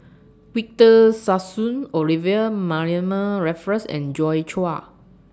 Victor Sassoon Olivia Mariamne Raffles and Joi Chua